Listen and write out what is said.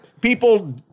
people